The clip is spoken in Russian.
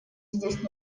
здесь